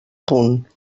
punt